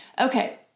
Okay